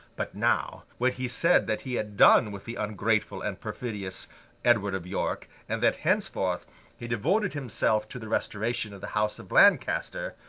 but, now, when he said that he had done with the ungrateful and perfidious edward of york, and that henceforth he devoted himself to the restoration of the house of lancaster,